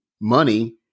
money